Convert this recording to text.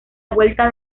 vuelta